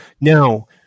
now